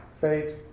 fate